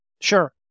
Sure